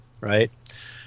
right